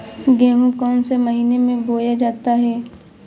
गेहूँ कौन से महीने में बोया जाता है?